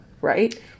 right